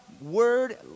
word